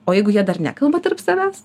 o jeigu jie dar nekalba tarp savęs